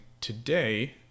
today